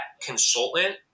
consultant